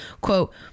Quote